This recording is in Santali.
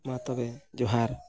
ᱢᱟ ᱛᱚᱵᱮ ᱡᱚᱦᱟᱨ